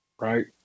right